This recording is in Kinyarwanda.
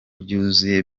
byuzuye